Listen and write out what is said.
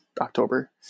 october